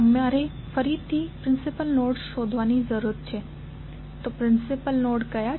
તમારે ફરીથી principal nodes શોધવા પડશે તો પ્રિન્સિપલ નોડ્સ શું છે